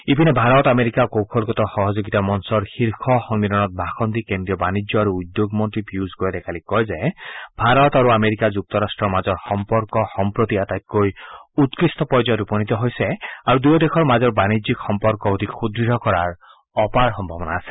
ইপিনে ভাৰত আমেৰিকা কৌশলগত সহযোগিতা মঞ্চৰ শীৰ্ষ সন্মিলনত ভাষণ দি কেন্দ্ৰীয় বাণিজ্য আৰু উদ্যোগ মন্ত্ৰী পীয়ুষ গোৱালে কালি কয য়ে ভাৰত আৰু আমেৰিকা যুক্তৰাট্টৰ মাজৰ সম্পৰ্কত সম্প্ৰতি আটাইতকৈ উৎকৃষ্ট পৰ্যায়ত উপনীত হৈছে আৰু দুয়ো দেশৰ মাজৰ বাণিজ্যিক সম্পৰ্ক অধিক সুদ্ঢ় কৰাৰ অপাৰ সম্ভাৱনা আছে